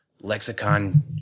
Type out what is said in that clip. lexicon